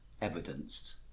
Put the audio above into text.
evidenced